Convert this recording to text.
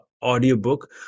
Audiobook